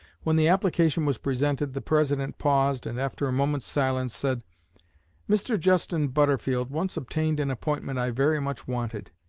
when the application was presented, the president paused, and after a moment's silence, said mr. justin butterfield once obtained an appointment i very much wanted,